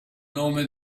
nome